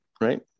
right